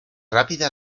rápida